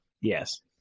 Yes